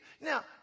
now